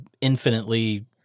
infinitely